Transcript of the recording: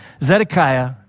Zedekiah